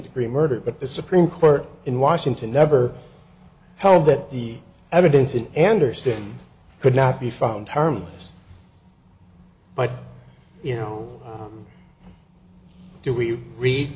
degree murder but the supreme court in washington never held that the evidence in anderson could not be found to harm us but you know do we read